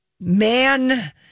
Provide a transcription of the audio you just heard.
man